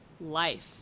life